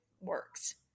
works